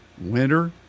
winter